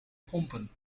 pompen